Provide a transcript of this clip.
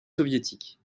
soviétiques